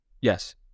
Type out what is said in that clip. yes